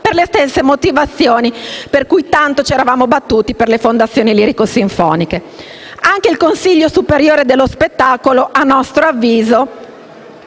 per le stesse motivazioni per cui tanto c'eravamo battuti per le fondazioni lirico-sinfoniche. Anche il consiglio superiore per lo spettacolo, a nostro avviso,